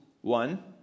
one